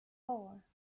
four